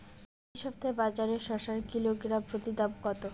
এই সপ্তাহে বাজারে শসার কিলোগ্রাম প্রতি দাম কত?